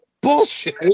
Bullshit